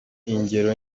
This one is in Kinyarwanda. ingero